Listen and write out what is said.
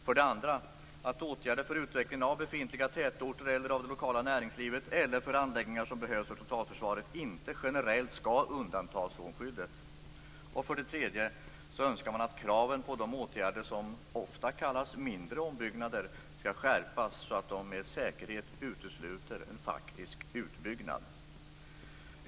För det andra ska åtgärder för utvecklingen av befintliga tätorter eller av det lokala näringslivet eller anläggningar som behövs för totalförsvaret inte generellt undantas från skyddet. För det tredje önskar man att kraven på de åtgärder som ofta kallas mindre ombyggnader ska skärpas så att de med säkerhet utesluter en faktisk utbyggnad.